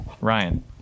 Ryan